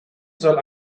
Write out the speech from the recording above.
soll